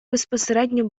безпосередньо